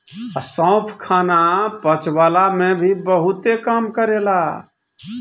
सौंफ खाना पचवला में भी बहुते काम करेला